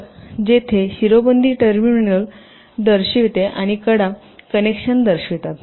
तर जेथे शिरोबिंदू टर्मिनल दर्शविते आणि कडा कनेक्शन दर्शवितात